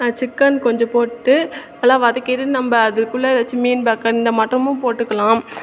நான் சிக்கன் கொஞ்சம் போட்டு நல்லா வதக்கிரு நம்ம அதுக்குள்ளே ஏதாச்சி மீன் பேக்கர் இந்த மாட்டோமும் போட்டுக்கலாம்